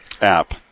app